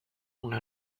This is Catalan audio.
una